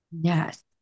Yes